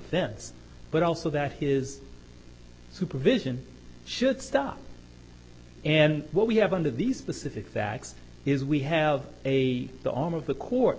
offense but also that his supervision should stop and what we have under these specific that is we have a the arm of the court